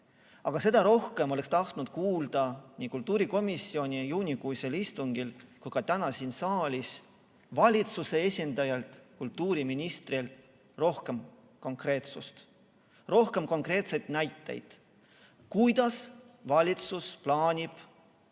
Aga seda rohkem oleks tahtnud kuulda nii kultuurikomisjoni juunikuisel istungil kui ka täna siin saalis valitsuse esindajalt, kultuuriministrilt, rohkem konkreetsust, rohkem konkreetseid näiteid, kuidas valitsus plaanib oma